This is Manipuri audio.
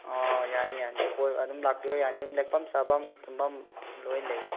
ꯑꯣ ꯌꯥꯅꯤ ꯌꯥꯅꯤ ꯀꯣꯏꯕ ꯑꯗꯨꯝ ꯂꯥꯛꯄꯤꯌꯣ ꯌꯥꯅꯤ ꯑꯗꯨꯝ ꯂꯦꯛꯐꯝ ꯆꯥꯕꯝ ꯇꯨꯝꯐꯝ ꯂꯣꯏꯅ ꯂꯩ